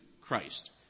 Christ